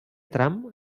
tram